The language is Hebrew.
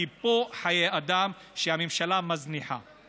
כי הממשלה מזניחה פה חיי אדם.